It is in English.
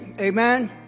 amen